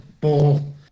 ball